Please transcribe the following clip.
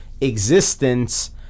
existence